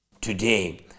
Today